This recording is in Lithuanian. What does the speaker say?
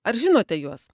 ar žinote juos